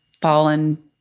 fallen